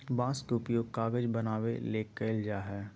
बांस के उपयोग कागज बनावे ले कइल जाय हइ